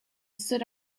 stood